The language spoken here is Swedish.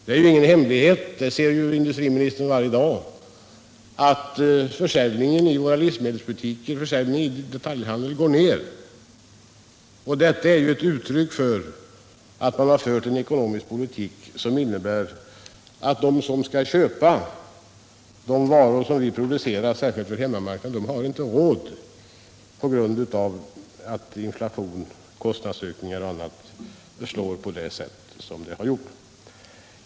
Det är ingen hemlighet — det ser ju industriministern varje dag — att försäljningen inom detaljhandeln går ned, och det är ett uttryck för att det förts en ekonomisk politik som innebär att de som skall köpa de varor vi producerar särskilt för hemmamarknaden inte har råd på grund av att inflation, kostnadsökningar och annat slagit på det sätt som har skett.